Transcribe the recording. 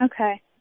Okay